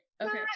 okay